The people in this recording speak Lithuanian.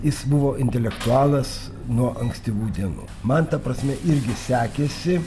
jis buvo intelektualas nuo ankstyvų dienų man ta prasme irgi sekėsi